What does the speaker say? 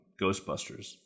Ghostbusters